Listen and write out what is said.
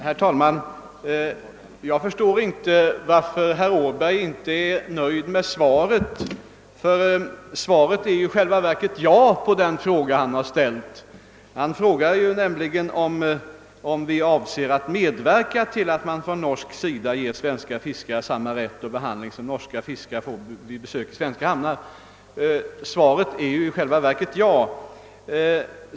Herr talman! Jag förstår inte varför herr Åberg inte är nöjd med svaret. Det innebär i själva verket ett ja på den fråga han ställt. Han frågar näm ligen om vi avser att medverka till att man från norsk sida ger svenska fiskare samma rätt och behandling som norska fiskare får vid besök i svenska hamnar.